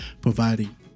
providing